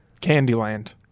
Candyland